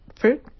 fruit